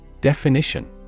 Definition